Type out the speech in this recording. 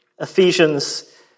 Ephesians